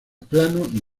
plano